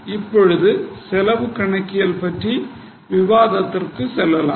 இப்போது செலவு கணக்கியல் பற்றிய விவாதத்திற்கு செல்லலாம்